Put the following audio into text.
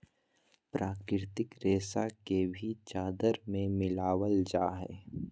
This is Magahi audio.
प्राकृतिक रेशा के भी चादर में मिलाबल जा हइ